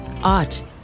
Art